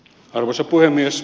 arvoisa puhemies